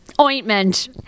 Ointment